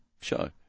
show